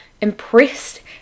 impressed